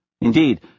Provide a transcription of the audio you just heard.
Indeed